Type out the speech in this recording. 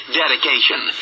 dedication